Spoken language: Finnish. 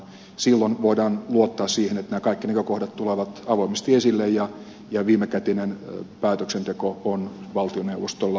silloin voidaan luottaa siihen että kaikki näkökohdat tulevat avoimesti esille ja viimekätinen päätöksenteko on valtioneuvostolla